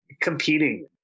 competing